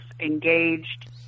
engaged